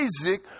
Isaac